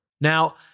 Now